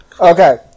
Okay